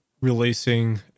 releasing